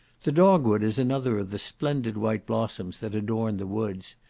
the dogwood is another of the splendid white blossoms that adorn the woods.